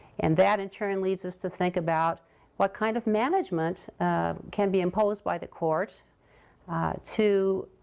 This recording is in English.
and that, in turn, leads us to think about what kind of management can be imposed by the court to